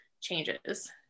changes